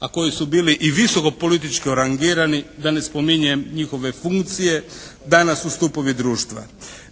a koji su bili i visoko politički rangirani, da ne spominjem njihove funkcije danas su stupovi društva.